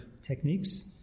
techniques